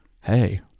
hey